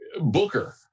Booker